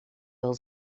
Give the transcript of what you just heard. wel